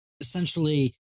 essentially